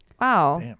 Wow